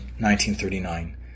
1939